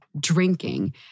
drinking